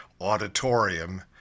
auditorium